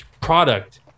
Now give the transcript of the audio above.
product